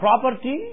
property